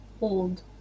old